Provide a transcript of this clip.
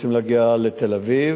רוצים להגיע לתל-אביב,